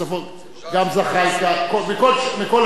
גם זחאלקה, מכל הסיעות.